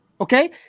Okay